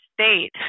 state